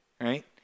right